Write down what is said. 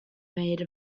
made